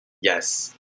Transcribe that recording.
Yes